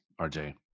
RJ